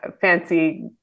fancy